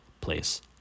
place